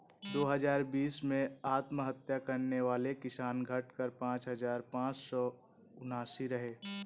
दो हजार बीस में आत्महत्या करने वाले किसान, घटकर पांच हजार पांच सौ उनासी रहे